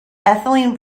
ethylene